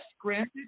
granted